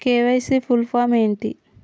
KYC full form ఏంటి?